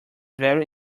very